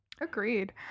Agreed